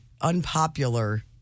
unpopular